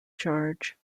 charge